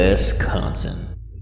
Wisconsin